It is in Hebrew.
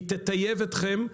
היא תטייב אתכם,